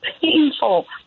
painful